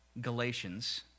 Galatians